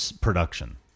production